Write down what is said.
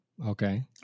Okay